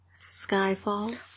Skyfall